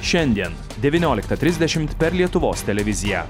šiandien devynioliką trisdešimt per lietuvos televiziją